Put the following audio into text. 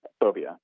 phobia